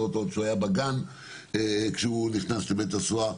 אותו כשהוא היה בגן כשהוא נכנס לבית הסוהר.